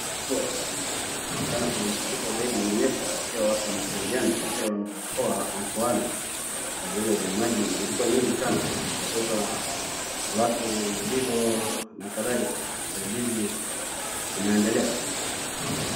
Hapo inaonekana kuna mafuriko zaidi imenyesha ikiwa watu wanasaidiana vile wangeokoana kwa vile maji ilikuwa nyingi sana. Inaweza beba watu, mizigo na kadhalika, usaidizi inaendelea.